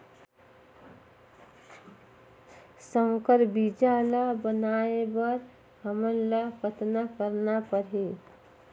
संकर बीजा ल बनाय बर हमन ल कतना करना परही?